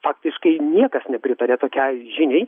faktiškai niekas nepritarė tokiai žiniai